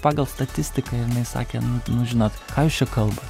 pagal statistiką jinai sakė nu nu žinot ką jūs kalbat